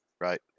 Right